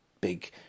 big